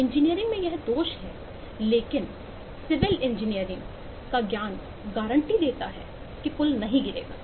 engineering में यह दोष है लेकिन सिविल इंजीनियरिंग देता है कि पुल नहीं गिरे गा